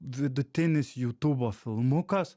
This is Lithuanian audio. vidutinis jutūbo filmukas